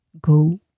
go